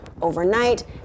overnight